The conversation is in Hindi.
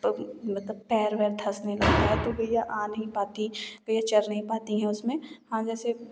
तो मतलब पैर वैर धसने लगते हैं तो गैया आ नहीं पाती गैया चर नहीं पाती हैं उसमें हाँ जैसे